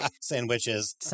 sandwiches